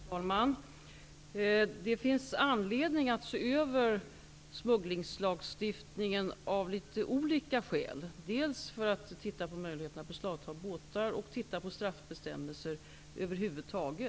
Herr talman! Det finns anledning att av litet olika skäl närmare se över lagstiftningen när det gäller smuggling, dels för att utröna möjligheterna att beslagta båtar, dels för att titta på straffbestämmelser över huvud taget.